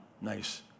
nice